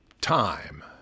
Time